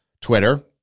Twitter